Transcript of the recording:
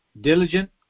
Diligent